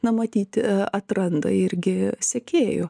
na matyti atranda irgi sekėjų